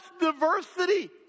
diversity